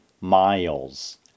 miles